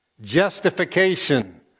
justification